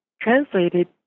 translated